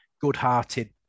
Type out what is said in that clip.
good-hearted